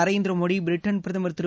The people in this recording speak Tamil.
நரேந்திர மோடி பிரிட்டன் பிரதமர் திரு